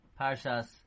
Parshas